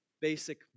basic